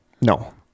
No